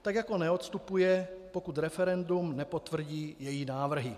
Tak jako neodstupuje, pokud referendum nepotvrdí její návrhy.